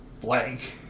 blank